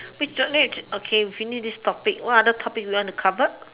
we finish okay we finish this topic what other topic you want to cover